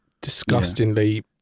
Disgustingly